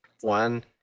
one